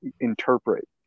interpret